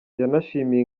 yanashimiye